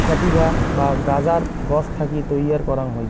sativa বা গাঁজার গছ থাকি তৈয়ার করাং হই